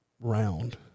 round